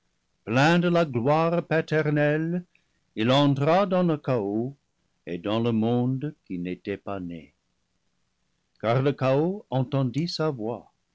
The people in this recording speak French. plein de la gloire paternelle il entra dans le chaos et dans le monde qui n'était pas né car le chaos entendit sa voix